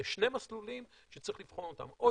אלה שני מסלולים שצריך לבחון אותם: או